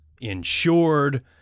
insured